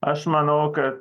aš manau kad